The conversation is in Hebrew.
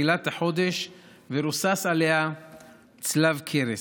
בתחילת החודש ורוסס עליה צלב קרס.